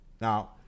Now